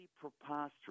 preposterous